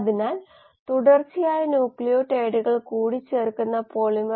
അത്കൊണ്ട് നമ്മൾക്ക് ഇത് കൂടുതൽ നന്നായി ചെയ്യാൻ കഴിഞ്ഞു കൂടാതെ വായുരഹിത ഉൽപന്ന ഉൽപാദനം കുറയ്ക്കാനും കഴിഞ്ഞു